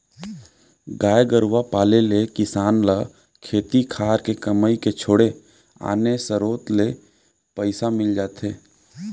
गाय गरूवा पाले ले किसान ल खेती खार के कमई के छोड़े आने सरोत ले पइसा मिल जाथे